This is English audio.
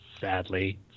Sadly